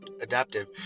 adaptive